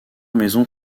maison